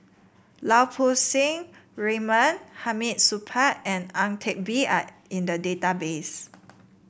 Lau Poo Seng Raymond Hamid Supaat and Ang Teck Bee are in the database